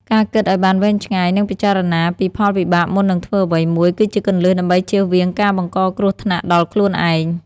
ការគិតឲ្យបានវែងឆ្ងាយ និងពិចារណាពីផលវិបាកមុននឹងធ្វើអ្វីមួយ គឺជាគន្លឹះដើម្បីជៀសវាងការបង្កគ្រោះថ្នាក់ដល់ខ្លួនឯង។